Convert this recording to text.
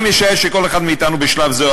אני משער שכל אחד מאתנו בשלב זה או